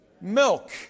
milk